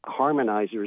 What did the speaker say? harmonizers